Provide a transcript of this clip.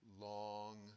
long